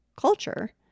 culture